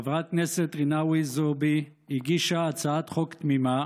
חברת הכנסת רינאוי זועבי הגישה הצעת חוק תמימה